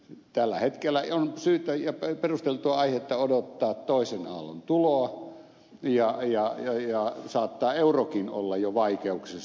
tällä hetkellä on syytä ja perusteltua aihetta odottaa toisen aallon tuloa ja saattaa eurokin olla jo vaikeuksissa